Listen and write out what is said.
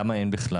למה אין בכלל?